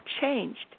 changed